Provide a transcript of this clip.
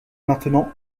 maintenant